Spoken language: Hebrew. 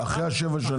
אחרי השבע שנים.